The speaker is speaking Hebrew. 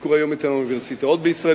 שיבדקו היום את האוניברסיטאות בישראל,